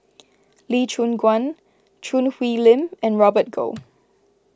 Lee Choon Guan Choo Hwee Lim and Robert Goh